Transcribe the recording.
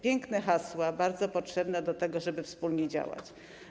Piękne hasła, bardzo potrzebne do tego, żeby wspólnie działać.